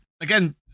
again